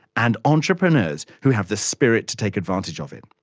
and entrepreneurs who have the spirit to take advantage of it.